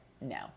no